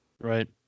Right